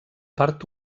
part